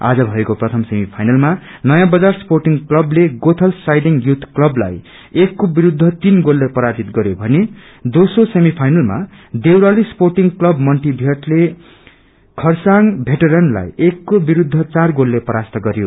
आज भएको प्रथम सेमी फाइनलमा नयाँ बजार स्पोध्टङ क्लवले गोल्स साईडिङ युथ क्लवलाई एक को विस्द्ध तीन गोलले पराजित गरयो भने दोस्रो सेमी फाइनलमा देवराली स्पोटिङ क्लब मन्टीभियटले खरसाङ भेटरेनलाई एक को विरूद्धचार गोलले परास्त गरयो